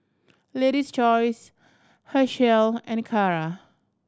Lady's Choice Herschel and Kara